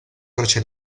croce